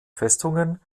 festungen